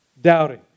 Doubting